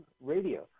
Radio